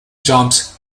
jumps